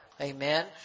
Amen